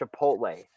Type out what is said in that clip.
chipotle